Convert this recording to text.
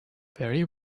very